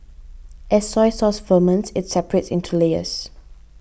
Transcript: as soy sauce ferments it separates into layers